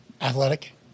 athletic